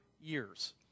years